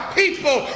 people